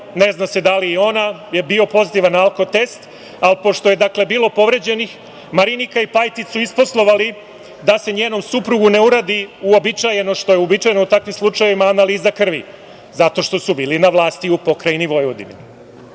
ne zna se da li i ona, je bio pozitivan na alko-test ali pošto je, dakle, bilo povređenih, Marinika i Pajtić su isposlovali da se njenom suprugu ne uradi uobičajeno što je uobičajeno u takvim slučajevima – analiza krvi, zato što su bili na vlasti u pokrajini Vojvodini. Kao